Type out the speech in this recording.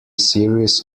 series